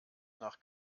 nach